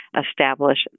establish